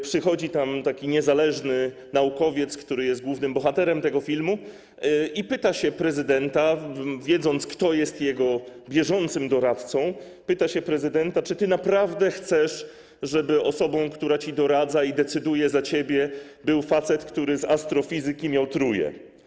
Przychodzi tam taki niezależny naukowiec, który jest głównym bohaterem tego filmu, i pyta prezydenta, wiedząc, kto jest jego bieżącym doradcą: Czy ty naprawdę chcesz, żeby osobą, która ci doradza i decyduje za ciebie, był facet, który z astrofizyki miał tróję?